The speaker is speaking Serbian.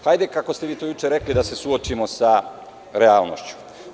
Hajde, kako ste vi to juče rekli, da se suočimo sa realnošću.